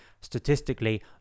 statistically